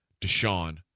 Deshaun